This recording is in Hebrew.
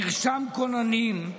מרשם כוננים.